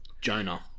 Jonah